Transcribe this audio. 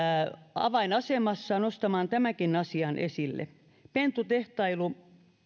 avainasemassa nostamaan tämänkin asian esille pentutehtailu